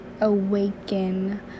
awaken